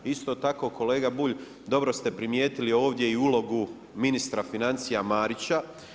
Isto tako kolega Bulj dobro ste primijetili ovdje i ulogu ministra financija Marića.